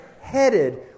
headed